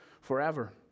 forever